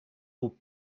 aux